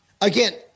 again